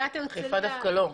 חיפה דווקא לא.